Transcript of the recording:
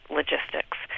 logistics